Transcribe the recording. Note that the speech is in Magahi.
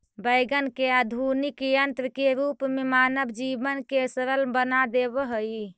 वैगन ने आधुनिक यन्त्र के रूप में मानव जीवन के सरल बना देवऽ हई